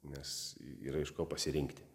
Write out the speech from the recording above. nes yra iš ko pasirinkti